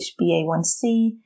HbA1c